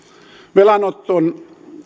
velanoton